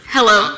Hello